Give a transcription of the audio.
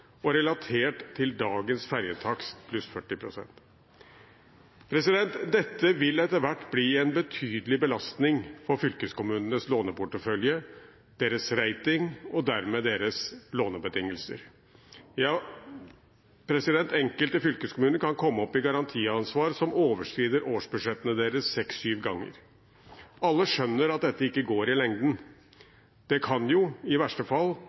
og relatert til dagens ferjetakst, pluss 40 pst. Dette vil etter hvert bli en betydelig belastning på fylkeskommunenes låneportefølje, deres rating og dermed deres lånebetingelser. Ja, enkelte fylkeskommuner kan komme opp i garantiansvar som overskrider årsbudsjettene deres seks–sju ganger. Alle skjønner at dette ikke går i lengden. Det kan i verste fall